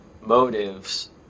motives